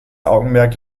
augenmerk